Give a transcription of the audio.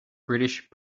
british